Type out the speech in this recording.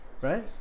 right